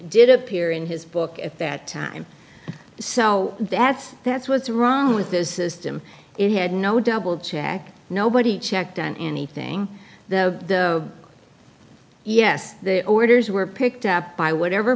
did appear in his book at that time so that's that's what's wrong with the system it had no double check nobody checked on anything the yes the orders were picked up by whatever